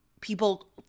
people